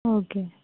okay